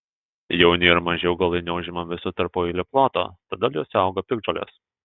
jauni ir maži augalai neužima viso tarpueilio ploto todėl juose auga piktžolės